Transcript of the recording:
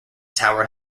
tower